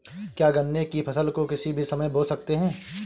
क्या गन्ने की फसल को किसी भी समय बो सकते हैं?